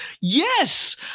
yes